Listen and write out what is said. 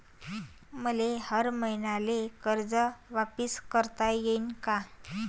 मले हर मईन्याले कर्ज वापिस करता येईन का?